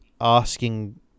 asking